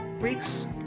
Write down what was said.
week's